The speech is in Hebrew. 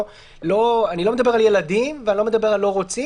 אני לא מדבר על ילדים ואני לא מדבר על לא רוצים,